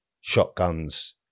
shotguns